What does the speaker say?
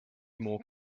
more